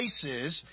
places